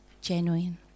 genuine